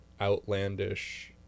outlandish